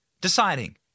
deciding